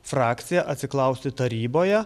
frakcija atsiklausti taryboje